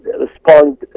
respond